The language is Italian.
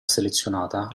selezionata